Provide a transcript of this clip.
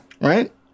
Right